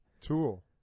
tool